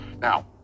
now